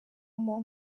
muntu